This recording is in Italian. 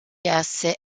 esse